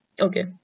okay